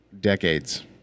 decades